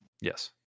Yes